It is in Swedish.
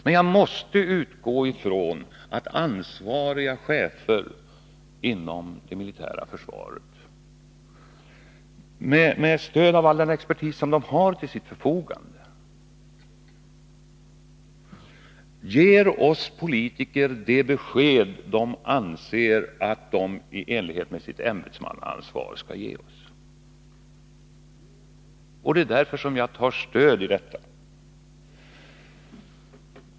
Men jag måste utgå från att ansvariga chefer inom det militära försvaret, med stöd av all den expertis som de har till sitt förfogande, ger oss politiker de besked som de anser att de i enlighet med sitt ämbetsmannaansvar skall ge oss. Det är därför jag tar stöd i detta.